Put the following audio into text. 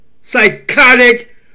psychotic